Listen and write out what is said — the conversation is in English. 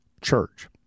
church